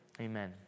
amen